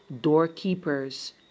doorkeepers